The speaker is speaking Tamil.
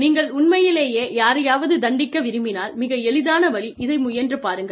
நீங்கள் உண்மையிலேயே யாரையாவது தண்டிக்க விரும்பினால் மிக எளிதான வழி இதை முயன்று பாருங்கள்